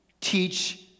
teach